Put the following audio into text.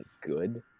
good